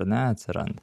ar ne atsiranda